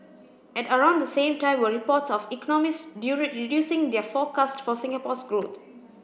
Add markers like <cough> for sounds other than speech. at around the same time were reports of economists <unintelligible> reducing their forecast for Singapore's growth